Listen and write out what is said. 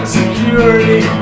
security